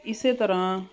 ਇਸ ਤਰ੍ਹਾਂ